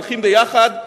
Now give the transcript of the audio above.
הולכים יחד,